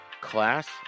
Class